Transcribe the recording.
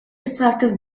attractive